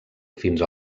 fins